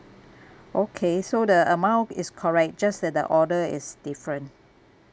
okay so the amount is correct just that the order is different